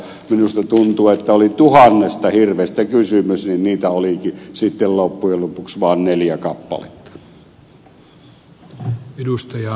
minusta tuntui että oli tuhannesta hirvestä kysymys mutta niitä olikin sitten loppujen lopuksi vaan neljä kappaletta